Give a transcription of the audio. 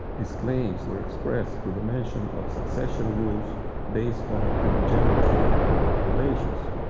these claims were expressed for dimension of succession rules based on primogeniture and blood relations,